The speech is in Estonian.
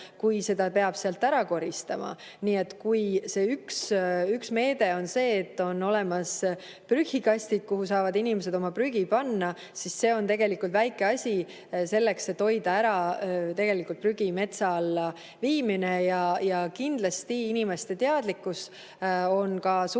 et seda peab sealt ära koristama. Nii et kui üks meede on see, et on olemas prügikastid, kuhu inimesed saavad oma prügi panna, siis see on tegelikult väike asi selleks, et hoida ära prügi metsa alla viimine. Kindlasti on inimeste teadlikkus ka suurem,